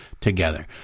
together